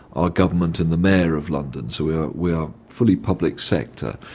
are government and the mayor of london, so we are we are fully public sector.